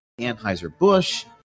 Anheuser-Busch